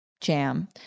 jam